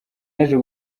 yaje